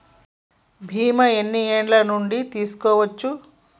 బీమా ఎన్ని ఏండ్ల నుండి తీసుకోవచ్చు?